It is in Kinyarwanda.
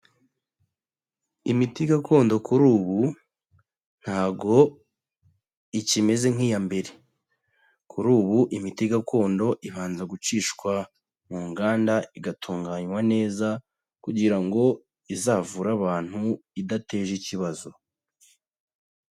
Imiti gakondo kuri ubu ntabwo ikimeze nk'iya mbere, kuri ubu imiti gakondo ibanza gucishwa mu nganda, igatunganywa neza kugira ngo izavure abantu idateje ikibazo.